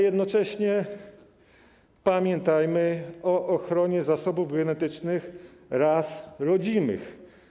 Jednocześnie pamiętajmy o ochronie zasobów genetycznych ras rodzimych.